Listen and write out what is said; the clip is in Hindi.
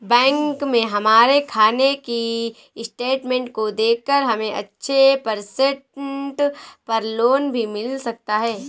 बैंक में हमारे खाने की स्टेटमेंट को देखकर हमे अच्छे परसेंट पर लोन भी मिल सकता है